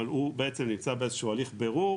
הוא נמצא באיזה שהוא הליך בירור,